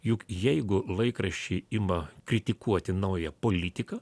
juk jeigu laikraščiai ima kritikuoti naują politiką